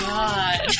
God